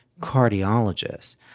cardiologist